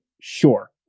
Sure